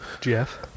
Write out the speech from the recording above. Jeff